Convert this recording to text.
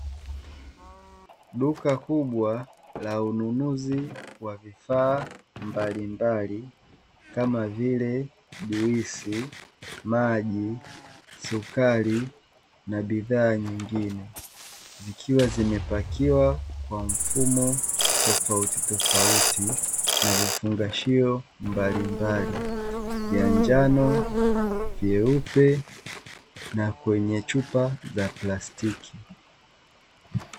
Duka kubwa la ununuzi wa vifaa mbalimbali kama vile; juisi, maji, sukari na bidhaa nyingine, zikiwa zimepakiwa kwa mfumo tofautitofauti na vifungashio mbalimbali vya njano, vyeupe na kwenye chupa za plastiki.